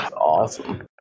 awesome